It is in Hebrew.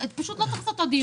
פשוט לא לערוך עוד דיון,